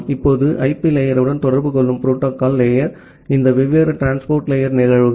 இப்போது ஐபி லேயருடன் தொடர்பு கொள்ளும் புரோட்டோகால் லேயர் இந்த வெவ்வேறு டிரான்ஸ்போர்ட் லேயர் நிகழ்வுகள்